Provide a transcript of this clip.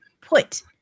put